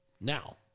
now